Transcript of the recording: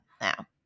Now